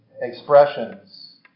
expressions